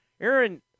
Aaron